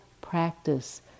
practice